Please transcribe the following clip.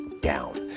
down